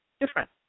different